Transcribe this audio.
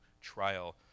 trial